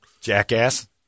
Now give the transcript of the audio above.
Jackass